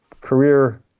career